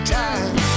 time